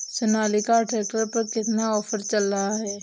Sonalika tractor पर कितना offer चल रहा है?